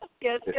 yes